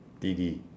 didi